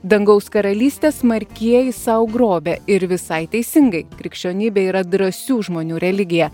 dangaus karalystę smarkieji sau grobia ir visai teisingai krikščionybė yra drąsių žmonių religija